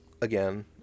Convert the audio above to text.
again